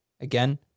again